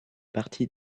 partie